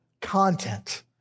content